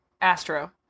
Astro